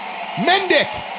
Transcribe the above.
Mendick